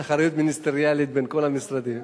יש אחריות מיניסטריאלית בין כל המשרדים.